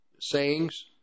sayings